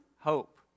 hope